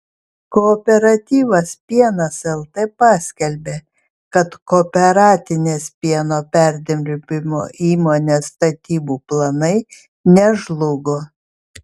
kooperatyvas pienas lt paskelbė kad kooperatinės pieno perdirbimo įmonės statybų planai nežlugo